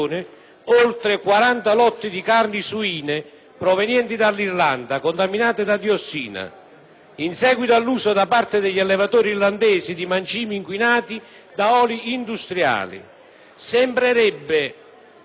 in seguito all'uso, da parte dei coltivatori irlandesi, di mangimi inquinati da oli industriali. Sembrerebbe che gli stessi mangimi contaminati da diossina siano stati usati anche per gli allevamenti bovini.